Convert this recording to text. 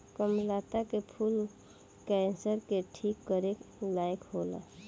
कामलता के फूल कैंसर के ठीक करे लायक होला